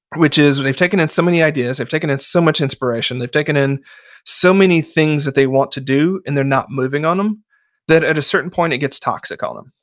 which is they've taken in so many ideas, they've taken in so much inspiration, they've taken in so many things that they want to do and they're not moving on them that, at a certain point, it gets toxic on them.